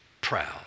proud